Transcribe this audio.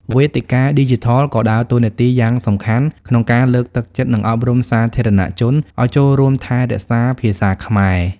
វេទិកាឌីជីថលក៏ដើរតួនាទីយ៉ាងសំខាន់ក្នុងការលើកទឹកចិត្ត និងអប់រំសាធារណជនឱ្យចូលរួមថែរក្សាភាសាខ្មែរ។